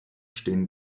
stehen